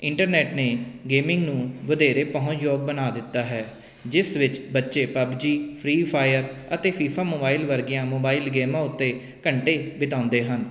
internet ਨੇ gaming ਨੂੰ ਵਧੇਰੇ ਪਹੁੰਚ ਯੋਗ ਬਣਾ ਦਿੱਤਾ ਹੈ ਜਿਸ ਵਿੱਚ ਬੱਚੇ ਪਬਜੀ ਫਰੀ ਫਾਇਰ ਅਤੇ ਫੀਫਾ ਮੋਬਾਈਲ ਵਰਗੀਆਂ ਮੋਬਾਈਲ ਗੇਮਾਂ ਉੱਤੇ ਘੰਟੇ ਬਿਤਾਉਂਦੇ ਹਨ